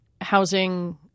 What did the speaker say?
housing